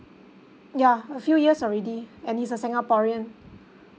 yeah a few years already and he's a singaporean